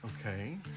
Okay